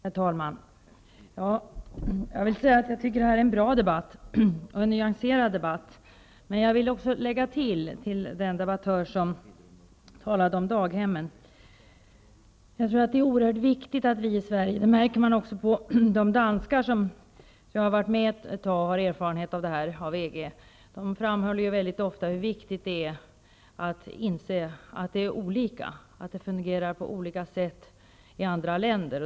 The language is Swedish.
Herr talman! Jag vill säga att jag tycker att det här är en bra och nyanserad debatt. Men jag vill göra ett tillägg -- jag vänder mig då till den debattör som talade om daghemmen. Danskarna, som har varit med ett tag och har erfarenhet av EG, framhåller ofta hur viktigt det är att inse att det fungerar på olika sätt i olika länder.